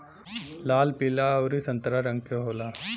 लाल पीला अउरी संतरा रंग के होला